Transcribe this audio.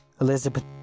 Elizabeth